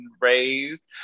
raised